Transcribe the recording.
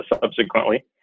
subsequently